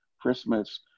Christmas